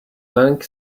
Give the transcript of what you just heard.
bank